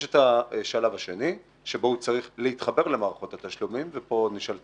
יש את השלב השני שבו הוא צריך להתחבר למערכות התשלומים וכאן נשאלת